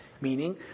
meaning